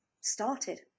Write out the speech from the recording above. started